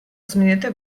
змінити